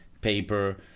paper